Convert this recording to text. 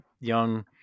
young